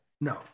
No